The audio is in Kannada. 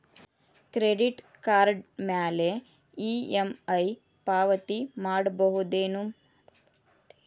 ಕ್ರೆಡಿಟ್ ಕಾರ್ಡ್ ಮ್ಯಾಲೆ ಇ.ಎಂ.ಐ ಪಾವತಿ ಮಾಡ್ಬಹುದೇನು?